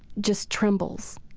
just trembles.